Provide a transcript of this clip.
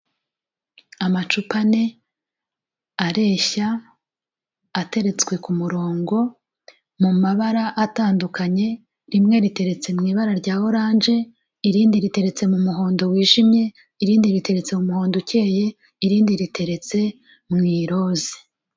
Amacupa ane areshya, ateretswe ku murongo mu mabara atandukanye, rimwe riteretse mu ibara rya oranje, irindi riteretse mu muhondo wijimye, irindi riteretse mu muhondo ukeye, irindi riteretse mu iroza.